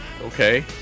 Okay